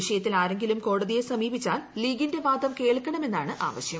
വിഷയത്തിൽ ആരെങ്കിലും കോടതിയെ സമീപിച്ചാൽ ലീഗിന്റെ വാദം കേൾക്കണമെന്നാണ് ആവശ്യം